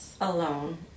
alone